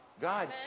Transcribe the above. God